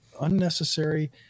unnecessary